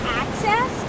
access